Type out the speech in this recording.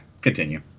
continue